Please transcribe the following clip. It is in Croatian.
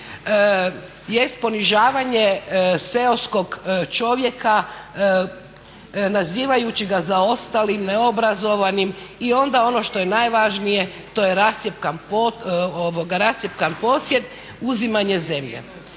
jest ponižavanje seoskog čovjeka nazivajući ga zaostalim, neobrazovanim i onda ono što je najvažnije to rascjepkan posjed, uzimanje zemlje.